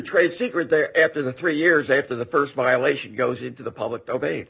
trade secret there after the three years after the first violation goes into the public debate